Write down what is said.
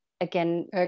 again